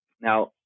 Now